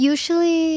Usually